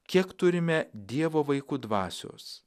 kiek turime dievo vaikų dvasios